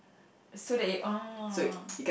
so that you oh